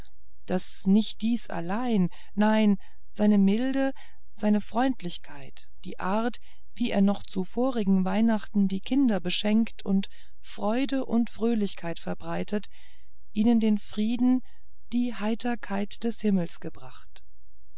daß nicht dies allein nein seine milde seine freundlichkeit die art wie er noch zu vorigen weihnachten die kinder beschenkt und freude und fröhlichkeit verbreitet ihnen den frieden die heiterkeit des himmels gebracht